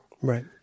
Right